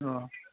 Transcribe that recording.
অ'